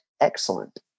excellent